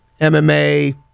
MMA